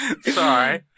Sorry